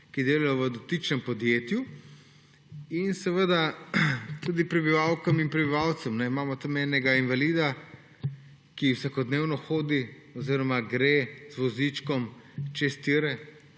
ki delajo v dotičnem podjetju, in seveda tudi prebivalkam in prebivalcem. Imamo tam enega invalida, ki vsakodnevno hodi oziroma gre z vozičkom čez tire,